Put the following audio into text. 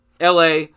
LA